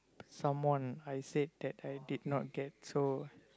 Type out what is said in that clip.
someone I say that I did not get so